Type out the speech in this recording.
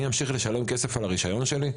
שאני אמשיך לשלם כסף על הרישיון שלי?